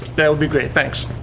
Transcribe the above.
that would be great. thanks.